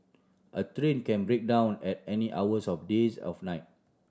a train can break down at any hours of the days of night